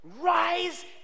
rise